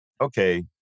okay